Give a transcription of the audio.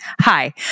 Hi